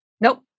Nope